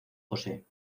jose